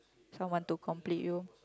someone to complete you